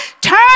Turn